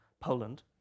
Poland